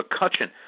McCutcheon